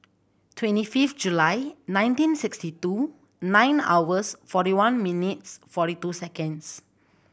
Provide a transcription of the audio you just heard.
twenty fifth July nineteen sixty two nine hours forty one minutes forty two seconds